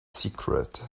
secret